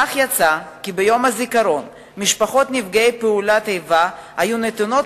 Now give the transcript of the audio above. כך יצא כי ביום הזיכרון משפחות נפגעי פעולות האיבה היו נתונות